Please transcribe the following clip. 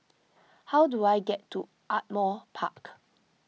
how do I get to Ardmore Park